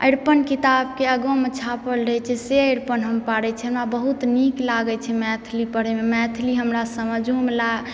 अरिपन किताब के आगाँ मे छापल रहै छै से अरिपन हम पारै छियै हमरा बहुत नीक लागै छै मैथिली पढ़े मे मैथिली हमरा समझो मे लऽ